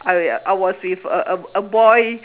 I I was with a a a boy